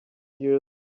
years